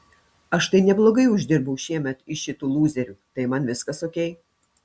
aš tai neblogai uždirbau šiemet iš šitų lūzerių tai man viskas okei